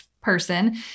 person